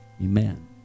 Amen